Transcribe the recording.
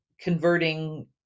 converting